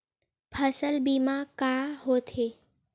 फसल बीमा का होथे?